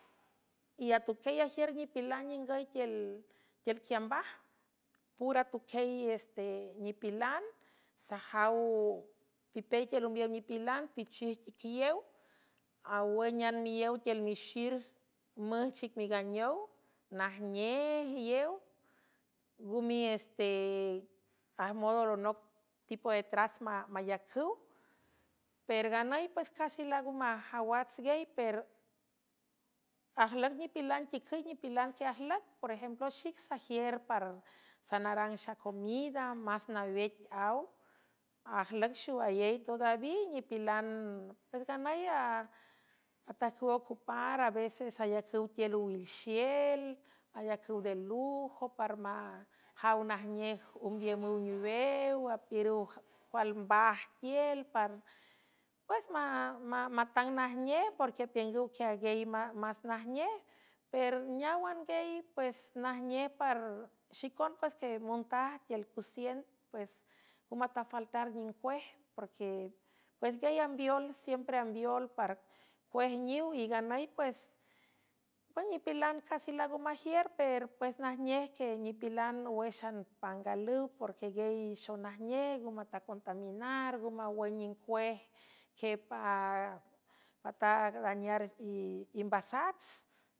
Atuquiey ajiür nipilan ningüy tiül quiambaj pura tuquieyeste nipilan sjw pipey tiül umbiow nipilan pichijtiqlew awǘnan miíow tiül mixir müjchic miganeow najnej yew ngu mies te ajmodoolonoc tipo de tras mayacüw per nganüy pues cási laago majawats gay per ajlüc nipilan ticüy nipilan que ajlüc por ejemplo xic sajier par sanarang xacomida más nawec aw ajlüc xoaley todaví nipilanpues nganüy patacüw ocupar a veces ayacüw tiel owil xiel ayacüw de lujo parmajaw najnej umbiümüw niwew apiürüw cualmbaj tiel par pues matang najnej porque apiüngüw quia guiey más najnej per neáwan gey ues najnej parxicon pues que montaj tiel cucien pues ngo matafaltar nincuej prquepues guiey ambiol siempre ambiol par cuejniw y nganüy uesa nipilan casi laaga majiür perpues najnej que nipilan wéxan pangalüw porque guieyxonajnej ngumetacontaminar ngumeawün nincuej que ptagdanar imbasats.